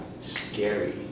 scary